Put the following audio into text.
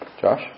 Josh